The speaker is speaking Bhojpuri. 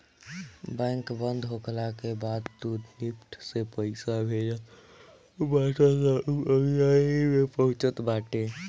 बैंक बंद होखला के बाद तू निफ्ट से पईसा भेजत बाटअ तअ उ अगिला दिने पहुँचत बाटे